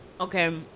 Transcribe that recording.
Okay